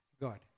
God